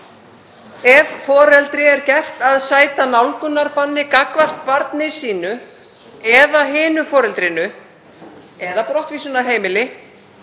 „Ef foreldri er gert að sæta nálgunarbanni gagnvart barni sínu eða hinu foreldrinu, eða brottvísun af heimili,